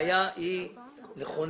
הבעיה היא נכונה